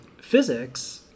physics